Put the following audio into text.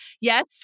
yes